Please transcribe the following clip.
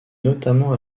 notamment